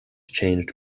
changed